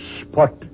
spot